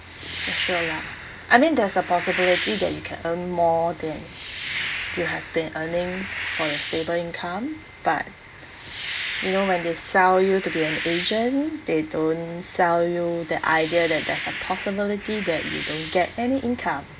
for sure lah I mean there's a possibility that you can earn more than you have been earning for your stable income but you know when they sell you to be an agent they don't sell you the idea that there's a possibility that you don't get any income